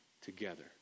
together